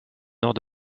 nord